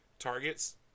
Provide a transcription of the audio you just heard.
targets